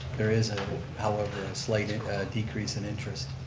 there is however a slight decrease in interest.